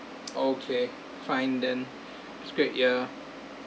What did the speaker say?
okay fine then it's great ya